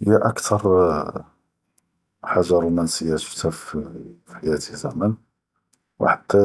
היא אקטאר חאג’ה רומנסיה שפתה פ פ חיים, ז’עמה וחד